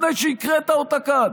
לפני שהקראת אותה כאן?